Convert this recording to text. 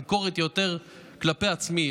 הביקורת היא יותר כלפי עצמי.